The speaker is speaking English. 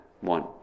one